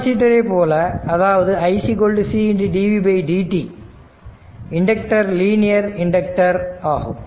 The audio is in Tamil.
கெப்பாசிட்டர் ஐ போல அதாவது i cdvdt inductor linear inductor ஆகும்